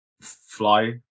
Fly